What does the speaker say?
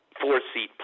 four-seat